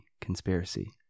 conspiracy